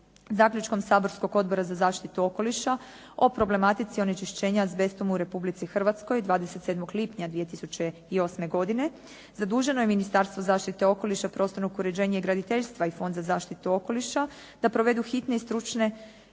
Zaključkom saborskog Odbora za zaštitu okoliša o problematici onečišćenja azbestom u Republici Hrvatskoj 27. lipnja 2008. godine. Zaduženo je Ministarstvo zaštite okoliša, prostornog uređenja i graditeljstva i Fond za zaštitu okoliša da provedu hitne i stručne